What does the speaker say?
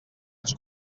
ens